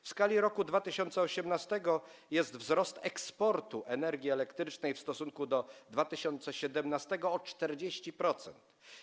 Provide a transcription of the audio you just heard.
W skali roku 2018 jest wzrost eksportu energii elektrycznej w stosunku eksportu z 2017 r. o 40%.